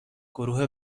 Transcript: گروه